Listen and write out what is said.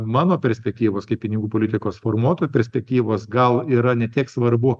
mano perspektyvos kaip pinigų politikos formuotojo perspektyvos gal yra ne tiek svarbu